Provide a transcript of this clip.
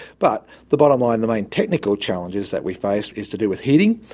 but the bottom line, the main technical challenges that we face is to do with heating,